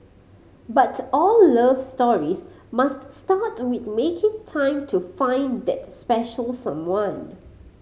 but all love stories must start with making time to find that special someone